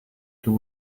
too